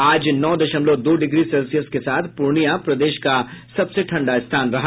आज नौ दशमलव दो डिग्री सेल्सियस के साथ पूर्णिया प्रदेश का सबसे ठंडा स्थान रहा